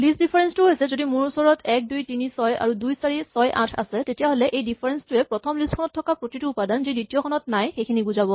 list difference টো হৈছে যদি মোৰ ওচৰত ১ ২ ৩ ৬ আৰু ২ ৪ ৬ ৮ আছে তেতিয়াহ'লে এই ডিফাৰেঞ্চ টোৱে প্ৰথম লিষ্ট খনত থকা প্ৰতিটো উপাদান যি দ্বিতীয় খনত নাই সেইখিনিক বুজাব